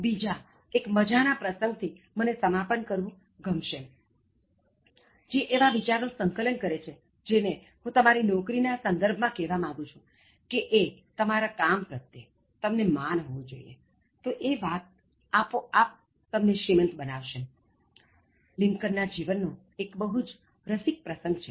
બીજા એક મજાના પ્રસંગ થી મને સમાપન કરવું ગમશે જે એવા વિચાર નું સંકલન કરે છે જેને હું તમારી નોકરી ના સંદર્ભ માં કહેવા માગું છું તે એ કે તમારા કામ પ્રત્યે તમને માન હોવું જોઇએ તો એ આપોઆપ તમને શ્રીમંત બનાવશે આ લિંકન ના જીવનનો બહુ રસિક પ્રસંગ છે